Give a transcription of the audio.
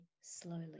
slowly